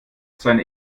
seine